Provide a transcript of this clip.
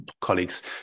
colleagues